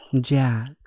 Jack